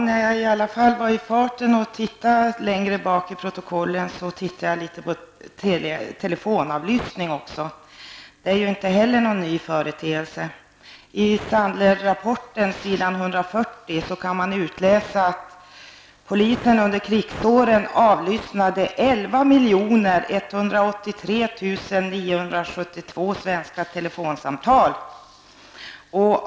Herr talman! När jag har tittat på gamla protokoll kan jag konstatera att telefonavlyssning inte heller är en ny företeelse. I Sandlerrapporten kan man utläsa att hemliga polisen under krigsåren avlyssnade 11 183 972 svenska telefonsamtal.